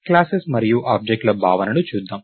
classes మరియు object ల భావనను చూద్దాం